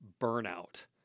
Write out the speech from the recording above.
burnout